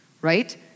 right